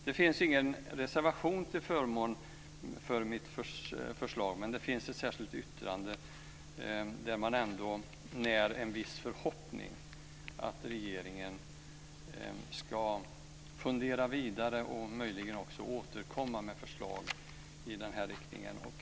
Det finns ingen reservation till förmån för mitt förslag, men det finns ett särskilt yttrande. Där när man ändå en viss förhoppning att regeringen ska fundera vidare och möjligen återkomma med förslag i den riktningen.